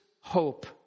hope